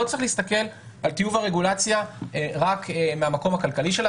לא צריך להסתכל על טיוב הרגולציה רק מהמקום הכלכלי שלה.